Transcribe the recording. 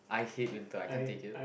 I hate winter I can't take it